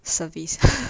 service